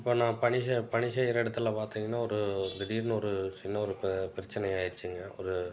இப்போ நான் பணி செய் பணி செய்கிற இடத்துல பார்த்தீங்கன்னா ஒரு திடீரெனு ஒரு சின்ன ஒரு பி பிரச்சின ஆகியிருச்சுங்க ஒரு